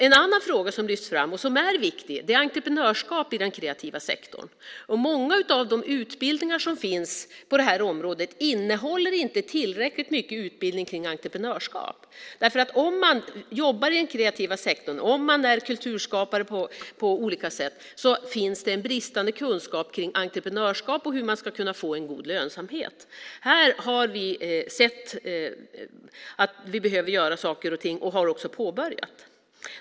En annan fråga som lyfts fram, och som är viktig, är entreprenörskap i den kreativa sektorn. Många av de utbildningar som finns på området innehåller inte tillräckligt mycket utbildning i entreprenörskap. Jobbar man i den kreativa sektorn och är kulturskapare på olika sätt finns en bristande kunskap i entreprenörskap och i hur man ska kunna få en god lönsamhet. Här behöver något göras, och det har vi påbörjat.